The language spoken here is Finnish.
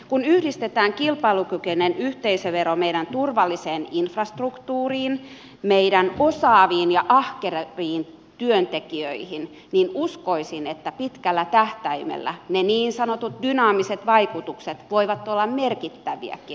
kun yhdistetään kilpailukykyinen yhteisövero meidän turvalliseen infrastruktuuriin meidän osaaviin ja ahkeriin työntekijöihin niin uskoisin että pitkällä tähtäimellä ne niin sanotut dynaamiset vaikutukset voivat olla merkittäviäkin